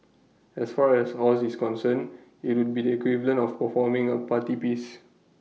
as far as Oz is concerned IT would be the equivalent of performing A party piece